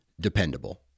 dependable